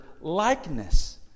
likeness